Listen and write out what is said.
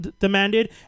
demanded